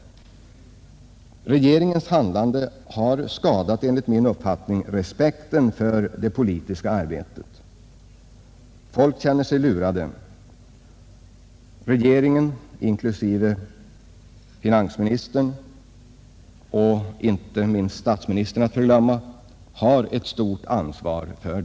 Regeringens handlande har enligt min uppfattning skadat respekten för det politiska arbetet. Folk känner sig lurade. Regeringen inklusive finansministern — och statsministern inte att förglömma — har ett stort ansvar härför.